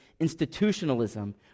institutionalism